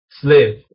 slave